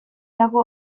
dago